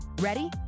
Ready